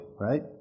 Right